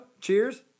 Cheers